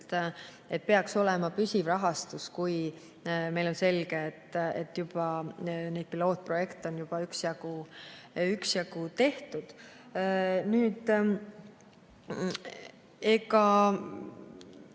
et peaks olema püsiv rahastus, kui meile on selge, et neid pilootprojekte on juba üksjagu tehtud. Nüüd,